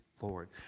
Lord